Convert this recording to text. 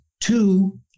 two